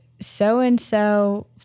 so-and-so